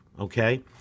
Okay